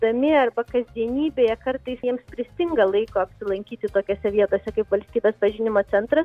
namie arba kasdienybėje kartais jiems pristinga laiko apsilankyti tokiose vietose kaip valstybės pažinimo centras